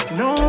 no